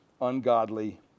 ungodly